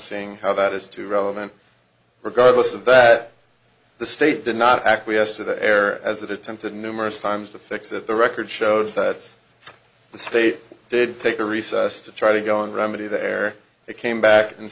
saying how that is to relevant regardless of but the state did not acquiesce to the air as it attempted numerous times to fix it the record shows that the state did take a recess to try to go on remedy there they came back and